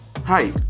Hi